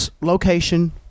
location